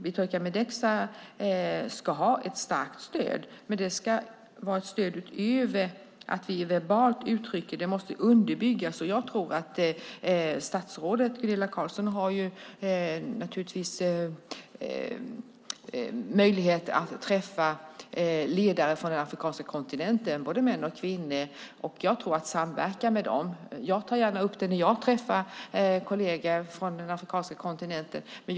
Birtukan Mideksa ska ha ett starkt stöd, men det ska vara ett stöd utöver det som vi verbalt uttrycker. Det måste underbyggas. Statsrådet Gunilla Carlsson har möjlighet att träffa ledare från den afrikanska kontinenten, både män och kvinnor. Jag tror på samverkan med dem. Jag tar gärna upp det när jag träffar kolleger från den afrikanska kontinenten.